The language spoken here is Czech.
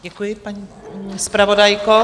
Děkuji, paní zpravodajko.